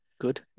Good